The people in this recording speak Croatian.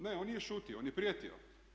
Ne, on nije šutio, on je prijetio.